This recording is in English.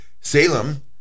Salem